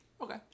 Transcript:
Okay